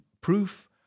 proof